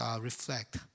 reflect